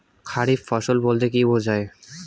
খারিফ ফসল বলতে কী বোঝায়?